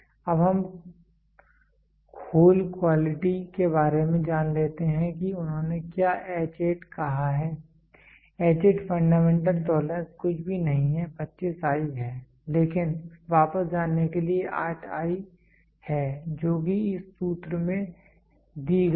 अब हम hole quality के बारे में जान लेते हैं कि उन्होंने क्या H8 कहा है H8 फंडामेंटल टोलरेंस कुछ भी नहीं 25i है लेकिन वापस जाने के लिए 8 i है जो कि इस सूत्र में दी गई है